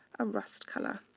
a rust color.